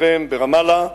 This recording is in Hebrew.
בשכם וברמאללה,